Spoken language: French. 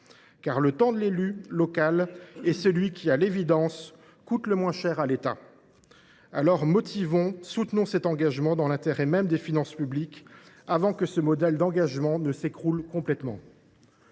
le temps de l’élu local est celui qui, à l’évidence, coûte le moins cher à l’État. Alors, motivons, soutenons cet engagement dans l’intérêt même des finances publiques, avant que ce modèle d’engagement ne s’écroule complètement.